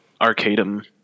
Arcadum